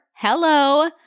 Hello